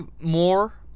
more